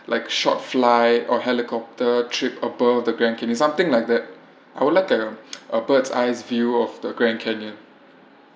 like short flight or helicopter trip above the grand canyon something like that I would like a a bird's eye view of the grand canyon